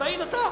תעיד אתה.